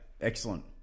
Excellent